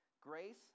Grace